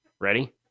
Ready